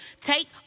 Take